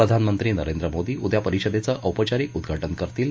प्रधानमंत्री नरेंद्र मोदी उद्या परिषदेचं औपचारिक उद्घाटन करतील